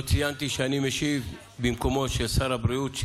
לא ציינתי שאני משיב במקומו של שר הבריאות,